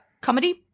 comedy